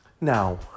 Now